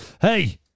Hey